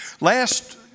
Last